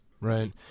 right